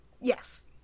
Yes